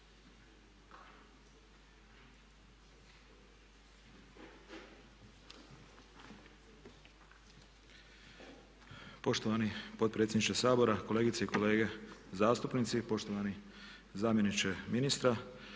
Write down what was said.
Poštovani potpredsjedniče Sabora, kolegice i kolege zastupnici, poštovani zamjeniče ministra.